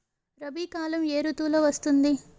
రబీ కాలం ఏ ఋతువులో వస్తుంది?